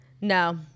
No